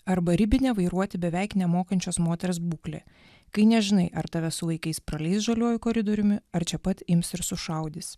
arba ribinę vairuoti beveik nemokančios moters būklė kai nežinai ar tave sulaikys praleis žaliuoju koridoriumi ar čia pat ims ir sušaudys